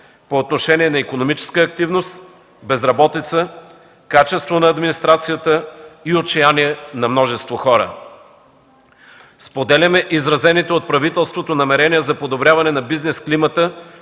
по отношение на икономическа активност, безработица, качество на администрацията и отчаяние на множество хора. Споделяме изразените от правителството намерения за подобряване на бизнес климата